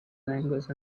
language